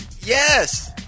Yes